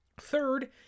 third